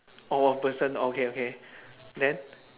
orh person okay okay then